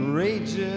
rage